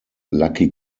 lucky